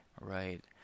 right